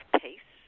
pace